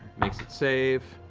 makes its save.